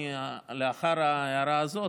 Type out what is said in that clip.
לאחר ההערה הזאת,